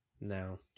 no